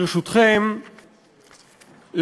ברשותכם,